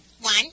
One